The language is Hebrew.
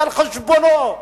יעשה על-חשבונו,